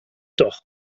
doch